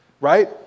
Right